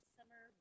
Summer